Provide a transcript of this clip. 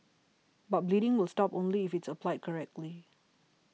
but bleeding will stop only if it is applied correctly